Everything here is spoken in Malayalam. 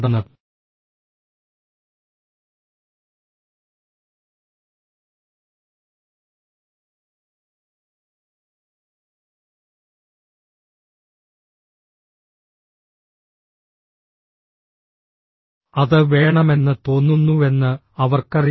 അതിനാൽ അപ്പോഴും അവർ നിങ്ങളെ കൂടുതൽ സേവിക്കുമ്പോൾ അവർ കൂടുതൽ അരി ഇടുന്നു നിങ്ങൾ ഇല്ല എന്ന് പറയുന്നു ഇല്ല ഇല്ല എനിക്ക് അത് ആവശ്യമില്ല പക്ഷേ അവർ നിങ്ങളെ നോക്കുന്നു അപ്പോൾ നിങ്ങളുടെ കണ്ണുകൾ യഥാർത്ഥത്തിൽ നിങ്ങൾക്ക് അത് വേണമെന്ന് തോന്നുന്നുവെന്ന് അവർക്കറിയാം